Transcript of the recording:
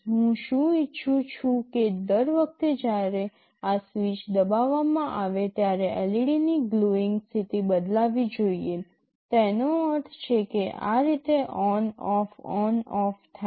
હું શું ઇચ્છું છું કે દર વખતે જ્યારે આ સ્વીચ દબાવવામાં આવે ત્યારે LEDની ગ્લોઇંગ સ્થિતિ બદલાવી જોઈએ તેનો અર્થ છે કે આ રીતે ઓન્ ઓફ ઓન્ ઓફ થાય